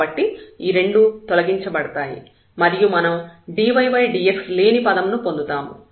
కాబట్టి ఈ రెండూ తొలగించబడతాయి మరియు మనం dydx లేని పదం ను పొందుతాము